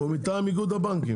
הוא מטעם איגוד הבנקים.